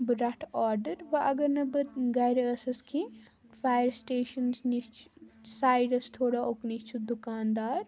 بہٕ رَٹہٕ آرڈَر وۄنۍ اگر نہٕ بہٕ گَرِ ٲسٕس کیٚنہہ فایر سِٹیشنَس نِش چھِ سایِڈَس تھوڑا اُکنٕے چھُ دُکاندار